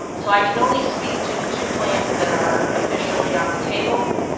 um so i can only speak to the two plans that are officially on the table.